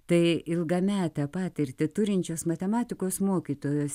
tai ilgametę patirtį turinčios matematikos mokytojos